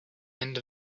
end